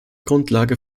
grundlage